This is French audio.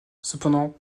cependant